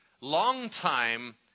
longtime